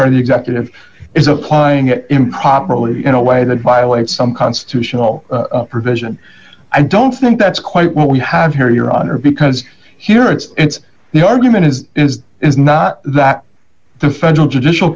party executive is applying it improperly in a way that violates some constitutional provision i don't think that's quite what we have here your honor because here it's the argument is is is not that the federal judicial